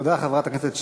תודה, חברת הכנסת שקד.